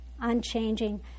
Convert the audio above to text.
unchanging